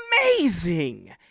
amazing